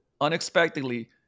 unexpectedly